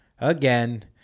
again